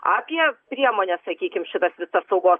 apie priemones sakykim šitas visas saugos